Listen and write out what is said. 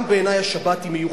גם בעיני השבת היא מיוחדת.